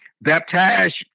baptize